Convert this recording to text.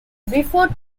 before